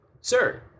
Sir